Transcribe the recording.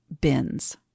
bins